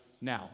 now